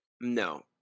No